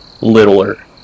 littler